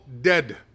dead